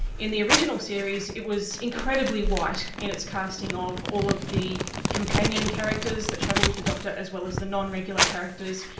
in the original series it was incredibly white in its casting of all of the companion characters that travel with the doctor, as well as the non-regular characters.